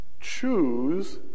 choose